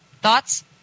Thoughts